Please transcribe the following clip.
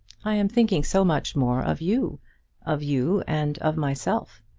i am thinking so much more of you of you and of myself.